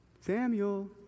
Samuel